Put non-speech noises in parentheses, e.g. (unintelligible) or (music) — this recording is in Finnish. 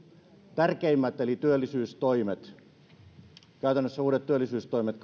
tärkeimmät eli työllisyystoimet käytännössä kaikki uudet työllisyystoimet (unintelligible)